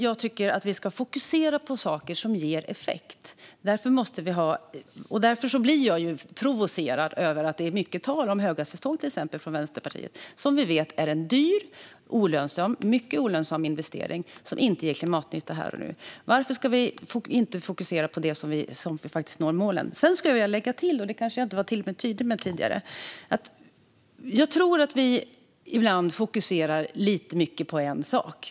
Jag tycker att vi ska fokusera på saker som ger effekt. Därför blir jag provocerad av att det är mycket tal från Vänsterpartiet om till exempel höghastighetståg, som vi vet är en dyr och mycket olönsam investering som inte ger klimatnytta här och nu. Varför ska vi inte fokusera på det som gör att vi faktiskt når målen? Jag vill lägga till något som jag kanske inte var tillräckligt tydlig med tidigare. Jag tror att vi ibland fokuserar lite för mycket på en sak.